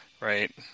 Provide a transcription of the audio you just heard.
right